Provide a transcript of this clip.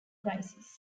crisis